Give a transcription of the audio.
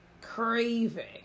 craving